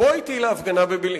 בוא אתי להפגנה בבילעין,